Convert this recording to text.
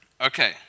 Okay